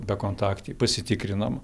bekontaktį pasitikrinam